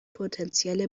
potenzielle